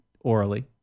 Orally